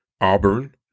Auburn